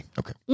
okay